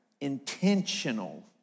intentional